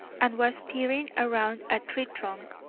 and was peering around a tree trunk,